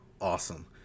awesome